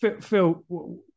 Phil